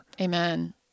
Amen